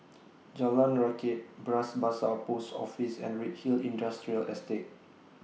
Jalan Rakit Bras Basah Post Office and Redhill Industrial Estate